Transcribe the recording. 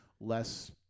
less